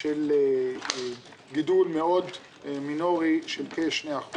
של גידול מאוד מינורי של כ-2%.